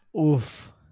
oof